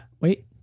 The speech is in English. Wait